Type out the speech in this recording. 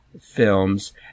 films